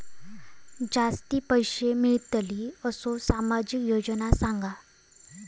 जास्ती पैशे मिळतील असो सामाजिक योजना सांगा?